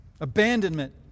abandonment